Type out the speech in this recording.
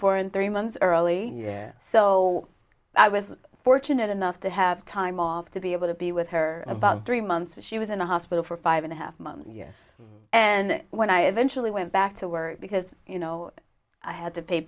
born three months early so i was fortunate enough to have time off to be able to be with her about three months she was in the hospital for five and a half months yes and when i eventually went back to work because you know i had to pay